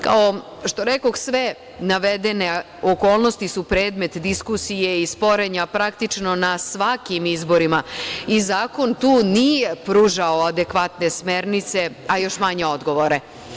Kao što rekoh, sve navedene okolnosti su predmet diskusije i sporenja praktično na svakim izborima i zakon tu nije pružao adekvatne smernice, a još manje odgovore.